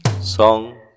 Song